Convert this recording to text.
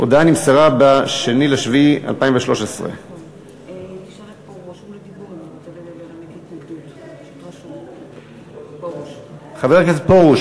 נמסרה ב-2 ביולי 2013. חבר הכנסת פרוש,